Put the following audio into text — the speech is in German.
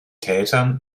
tätern